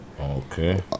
Okay